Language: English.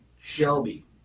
Shelby